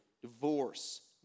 divorce